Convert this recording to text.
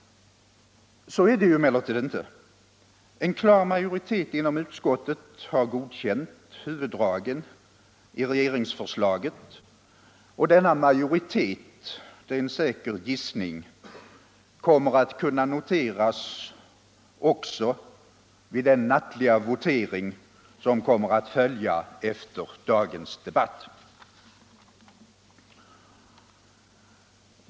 Så är det emellertid inte. En klar majoritet inom utskottet har godkänt huvuddragen i regeringsförslaget, och denna majoritet — det är en säker gissning —- kommer att kunna noteras också vid den nattliga votering som torde följa efter dagens debatt.